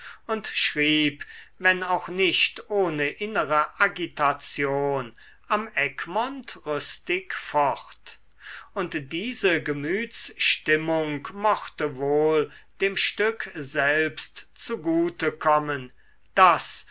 und schrieb wenn auch nicht ohne innere agitation am egmont rüstig fort und diese gemütsstimmung mochte wohl dem stück selbst zugute kommen das